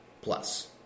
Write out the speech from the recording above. plus